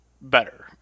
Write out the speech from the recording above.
better